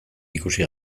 ikusi